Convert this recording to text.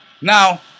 Now